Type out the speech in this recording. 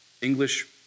English